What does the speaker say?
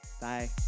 Bye